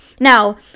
Now